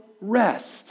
rest